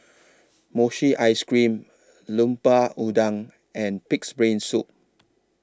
Mochi Ice Cream Lemper Udang and Pig'S Brain Soup